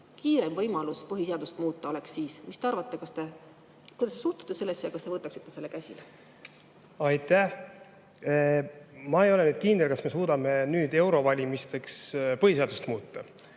Kiireim võimalus põhiseadust muuta oleks siis. Mis te sellest arvate? Kuidas te sellesse suhtute ja kas te võtaksite selle käsile? Aitäh! Ma ei ole kindel, kas me suudame nüüd eurovalimisteks põhiseadust muuta,